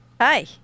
hi